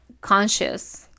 conscious